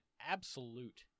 absolute